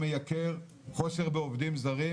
אני לא נוגע כאן בשום עניין אישי,